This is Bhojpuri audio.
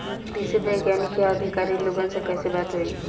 कृषि वैज्ञानिक या अधिकारी लोगन से कैसे बात होई?